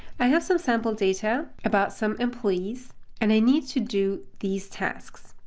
i have some sample data about some employees and i need to do these tasks.